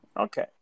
Okay